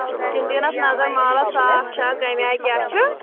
تِم دِن اَتھ نَظر مالَس صاف چھا کَمہِ آیہِ کیٛاہ چھُ